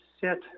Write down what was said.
sit